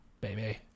Baby